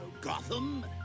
Gotham